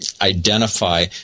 identify